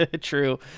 True